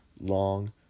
long